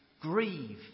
Grieve